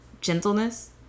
gentleness